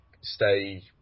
stay